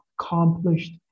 accomplished